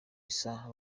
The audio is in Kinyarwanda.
isaha